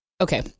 okay